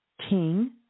King